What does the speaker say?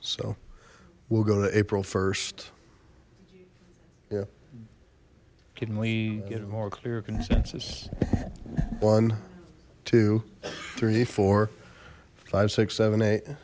so we'll go to april st yep can we get a more clear consensus one two three four five six seven eight